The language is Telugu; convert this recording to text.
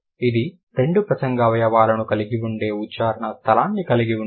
ఇది రెండు ప్రసంగ అవయవాలను కలిగి ఉండే ఉచ్చారణ స్థలాన్ని కలిగి ఉంటుంది